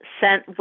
sent